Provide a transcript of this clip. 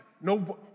no